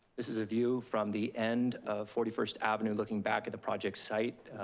this is a view from the end of forty first avenue, looking back at the project site,